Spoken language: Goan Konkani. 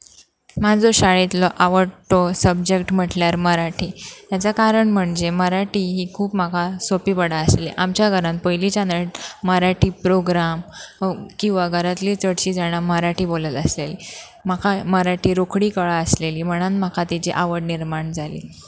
म्हाजो शाळेंतलो आवडटो सबजेक्ट म्हटल्यार मराठी हेच कारण म्हणजे मराठी ही खूब म्हाका सोपीबडा आसली आमच्या घरांत पयलींच्यान मराठी प्रोग्राम किंवां घरांतली चडशीं जाणां मराठी बलत आसलेली म्हाका मराठी रोखडी कळ आसलेली म्हणान म्हाका तेची आवड निर्माण जाली